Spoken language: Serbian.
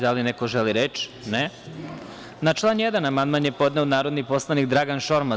Da li neko želi reč? (Ne) Na član 1. amandman je podneo narodni poslanik Dragan Šormaz.